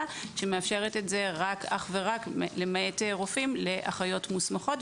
שמאפשרת את זה רק למעט רופאים לאחיות מוסמכות,